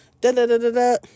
da-da-da-da-da